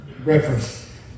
reference